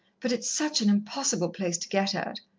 but it's such an impossible place to get at.